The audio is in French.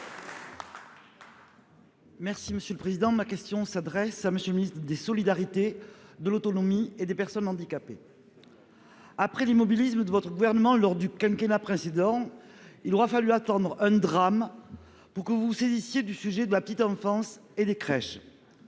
et Républicain. Ma question s'adresse à M. le ministre des solidarités, de l'autonomie et des personnes handicapées. Après des années d'immobilisme gouvernemental lors du quinquennat précédent, il aura fallu un drame pour que vous vous saisissiez du sujet de la petite enfance et des crèches.